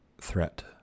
threat